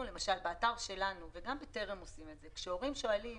באתר שלנו, וגם בטרם עושים את זה, כשהורים שואלים